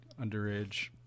Underage